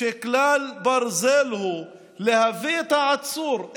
שכלל ברזל הוא להביא את העצור,